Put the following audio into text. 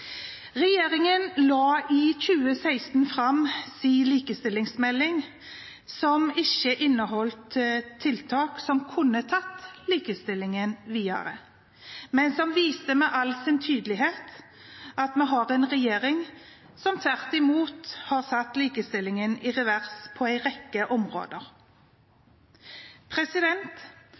Regjeringen la i 2016 fram sin likestillingsmelding, som ikke inneholdt tiltak som kunne tatt likestillingen videre, men som viste med all tydelighet at vi har en regjering som tvert imot har satt likestillingen i revers på en rekke områder.